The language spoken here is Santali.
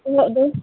ᱠᱚᱢᱟᱜ ᱫᱚ